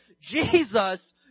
Jesus